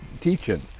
teaching